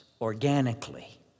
organically